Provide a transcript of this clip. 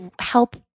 help